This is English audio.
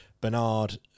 Bernard